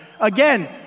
Again